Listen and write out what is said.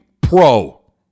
pro